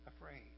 afraid